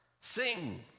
Sing